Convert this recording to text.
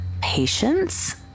patience